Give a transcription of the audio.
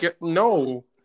No